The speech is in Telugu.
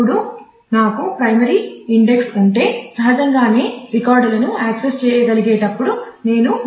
ఇప్పుడు నాకు ప్రైమరీ ఇండెక్స్ ఉంటే సహజంగానే రికార్డులను యాక్సెస్ చేయగలను